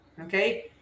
okay